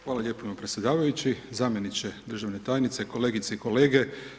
Hvala lijepo predsjedavajući, zamjeničke državne tajnice, kolegice i kolege.